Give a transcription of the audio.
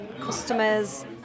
customers